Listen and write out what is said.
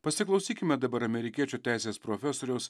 pasiklausykime dabar amerikiečių teisės profesoriaus